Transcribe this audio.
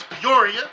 Peoria